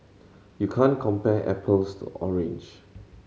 you can't compare apples to orange